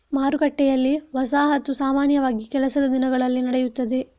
ಮಾರುಕಟ್ಟೆಯಲ್ಲಿ, ವಸಾಹತು ಸಾಮಾನ್ಯವಾಗಿ ಕೆಲಸದ ದಿನಗಳಲ್ಲಿ ನಡೆಯುತ್ತದೆ